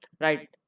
right